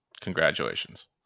congratulations